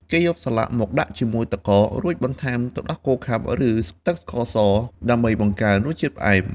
គេយកសាឡាក់មកដាក់ជាមួយទឹកកក រួចបន្ថែមទឹកដោះគោខាប់ ឬទឹកស្ករស ដើម្បីបង្កើនរសជាតិផ្អែម។